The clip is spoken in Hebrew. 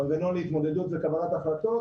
מנגנון להתמודדות וקבלת החלטות,